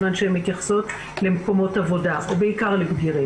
ומונעת מהגופים עצמם לדווח או למסור מידע אחד לשני.